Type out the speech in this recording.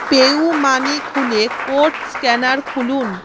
PayUmoney খুলে code scanner খুলুন